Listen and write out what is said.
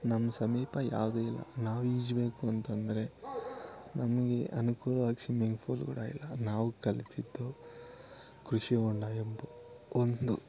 ನಮ್ಮ ಸಮೀಪ ಯಾವ್ದೂ ಇಲ್ಲ ನಾವು ಈಜಬೇಕು ಅಂತಂದರೆ ನಮಗೆ ಅನುಕೂಲವಾಗಿ ಸಿಮ್ಮಿಂಗ್ ಫೂಲ್ ಕೂಡ ಇಲ್ಲ ನಾವು ಕಲ್ತಿದ್ದು ಕೃಷಿ ಹೊಂಡ ಎಂಬು ಒಂದು